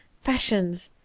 fashions,